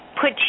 put